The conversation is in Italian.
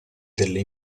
delle